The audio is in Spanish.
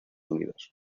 unidos